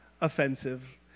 offensive